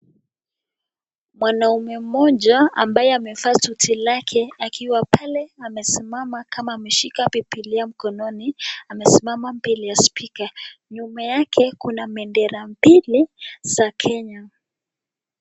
Mwanaume mmoja ambaye amevaa suti lake akiwa pale amesimama kama ameshika bibilia mkononi amesimama mbele ya spika nyuma yake kuna bendera mbili za kenya.